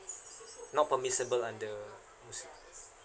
not permissible under